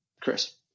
Chris